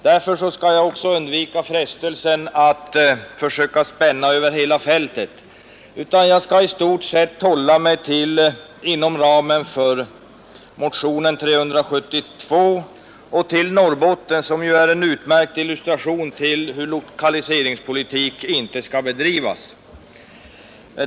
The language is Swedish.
Därför skall jag också undvika frestelsen att försöka spänna över hela fältet och skall i stället hålla mig inom ramen för motionen 372 och till Norrbotten, som är en utmärkt illustration till hur lokaliseringspolitik inte skall bedrivas.